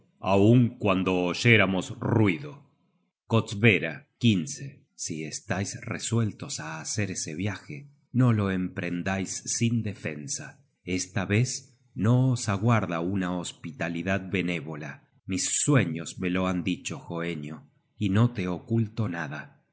google book search generated at kstbeiu si estais resuellos á hacer ese viaje no le emprendais sin defensa esta vez no os aguarda una hospitalidad benévola mis sueños me lo han dicho hoenio y no te oculto nada